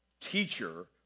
teacher